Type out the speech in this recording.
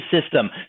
system